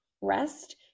rest